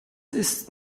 ist